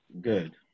Good